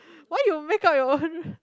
why you make up your own